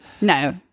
No